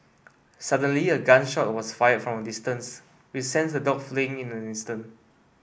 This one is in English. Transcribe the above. suddenly a gun shot was fired from a distance which sent the dogs fleeing in an instant